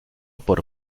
por